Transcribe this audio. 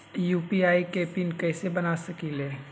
UPI के PIN कैसे बना सकीले?